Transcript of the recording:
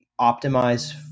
optimize